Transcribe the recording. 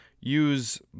use